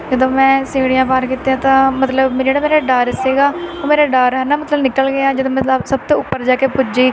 ਜਦੋਂ ਮੈਂ ਸੀੜੀਆਂ ਪਾਰ ਕੀਤੀਆਂ ਤਾਂ ਮਤਲਬ ਮੇ ਜਿਹੜਾ ਮੇਰਾ ਡਰ ਸੀਗਾ ਉਹ ਮੇਰਾ ਡਰ ਹੈ ਨਾ ਮਤਲਬ ਨਿਕਲ ਗਿਆ ਜਦੋਂ ਮੈਨੂੰ ਸਭ ਤੋਂ ਉੱਪਰ ਜਾ ਕੇ ਪੁੱਜੀ